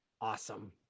Awesome